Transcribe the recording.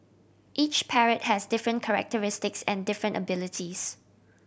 each parrot has different characteristics and different abilities